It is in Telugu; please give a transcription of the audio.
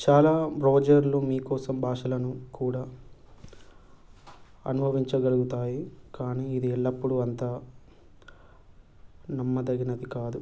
చాలా బ్రౌజర్లు మీకో సంభాషనలను కూడా అనువదించగలుగుతాయి కానీ ఇది ఎల్లప్పుడూ అంత నమ్మదగినది కాదు